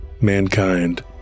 mankind